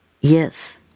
Yes